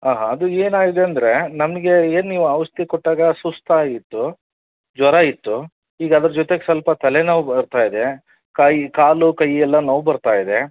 ಹಾಂ ಅದು ಏನಾಗಿದೆ ಅಂದರೆ ನನಗೆ ಏನು ನೀವು ಔಷಧಿ ಕೊಟ್ಟಾಗ ಸುಸ್ತು ಆಗಿತ್ತು ಜ್ವರ ಇತ್ತು ಈಗ ಅದ್ರ ಜೊತೆಗೆ ಸ್ವಲ್ಪ ತಲೆನೋವು ಬರ್ತಾ ಇದೆ ಕೈ ಕಾಲು ಕೈ ಎಲ್ಲ ನೋವು ಬರ್ತಾ ಇದೆ